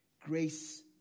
Grace